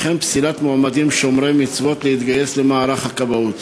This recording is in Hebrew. וכן פסילת מועמדים שומרי מצוות להתגייס למערך הכבאות.